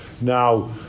now